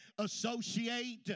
associate